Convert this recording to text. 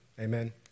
Amen